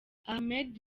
ahmed